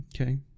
Okay